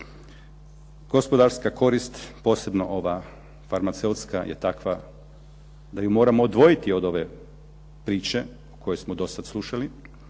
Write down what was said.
Gospodarska korist, posebno ova farmaceutska je takva da ju moramo odvojiti od ove priče koju smo do sada slušali.